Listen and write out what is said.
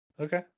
Okay